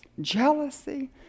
jealousy